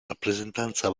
rappresentanza